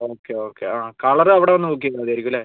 okay okay അ colour അവിടെ വന്ന് നോക്കിയാൽ മതിയായിരിക്കും അല്ലേ